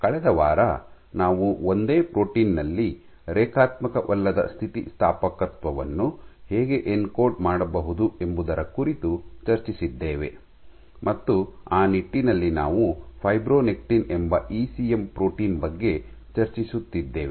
ಕಳೆದ ವಾರ ನಾವು ಒಂದೇ ಪ್ರೋಟೀನ್ ನಲ್ಲಿ ರೇಖಾತ್ಮಕವಲ್ಲದ ಸ್ಥಿತಿಸ್ಥಾಪಕತ್ವವನ್ನು ಹೇಗೆ ಎನ್ಕೋಡ್ ಮಾಡಬಹುದು ಎಂಬುದರ ಕುರಿತು ಚರ್ಚಿಸಿದ್ದೇವೆ ಮತ್ತು ಆ ನಿಟ್ಟಿನಲ್ಲಿ ನಾವು ಫೈಬ್ರೊನೆಕ್ಟಿನ್ ಎಂಬ ಇಸಿಎಂ ಪ್ರೋಟೀನ್ ಬಗ್ಗೆ ಚರ್ಚಿಸುತ್ತಿದ್ದೇವೆ